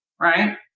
right